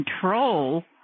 control